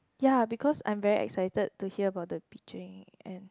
ya because I'm very excited to hear about the bitching and